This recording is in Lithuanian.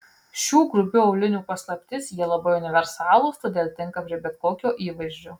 šių grubių aulinių paslaptis jie labai universalūs todėl tinka prie bet kokio įvaizdžio